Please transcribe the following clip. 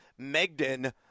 Megden